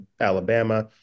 Alabama